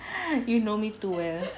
you know me too well